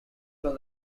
from